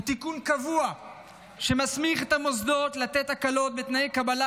הוא תיקון קבוע שמסמיך את המוסדות לתת הקלות בתנאי קבלה